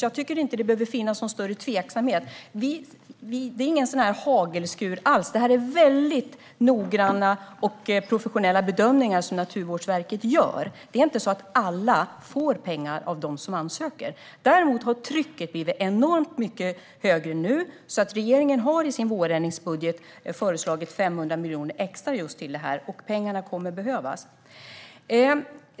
Jag tycker inte att det borde finnas någon större tveksamhet. Det är inte alls någon hagelskur, utan det är väldigt noggranna och professionella bedömningar som Naturvårdsverket gör. Det är inte så att alla som ansöker får pengar. Däremot har trycket blivit enormt mycket större nu, så regeringen har i sin vårändringsbudget föreslagit 500 miljoner extra till detta. Dessa pengar kommer att behövas.